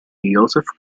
joseph